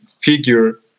figure